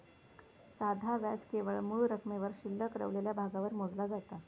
साधा व्याज केवळ मूळ रकमेवर शिल्लक रवलेल्या भागावर मोजला जाता